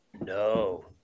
No